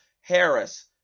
Harris